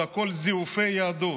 זה הכול זיופי יהדות.